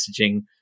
messaging